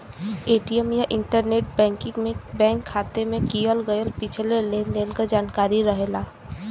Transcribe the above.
ATM या internet banking में bank खाता में किहल गयल पिछले लेन देन क जानकारी रहला